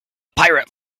pirate